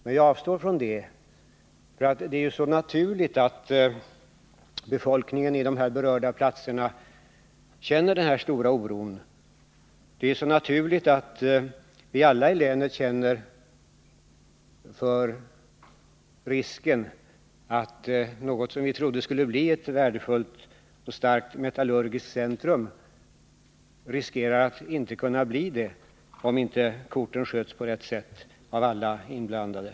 Men jag avstår från det, för det är så naturligt att befolkningen på de berörda platserna känner en stor oro, det är så naturligt att vi alla i länet är medvetna om att något som vi trodde skulle bli ett värdefullt och starkt metallurgiskt centrum riskerar att inte kunna bli det, om inte korten sköts på rätt sätt av alla inblandade.